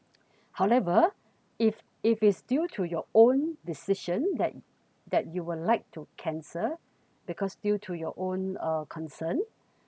however if if is due to your own decision that that you would like to cancel because due to your own uh concern